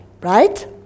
right